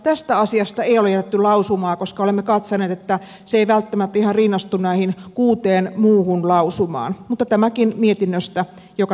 tästä asiasta ei ole jätetty lausumaa koska olemme katsoneet että se ei välttämättä ihan rinnastu näihin kuuteen muuhun lausumaan mutta tämäkin mietinnöstä joka tapauksessa löytyy